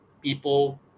people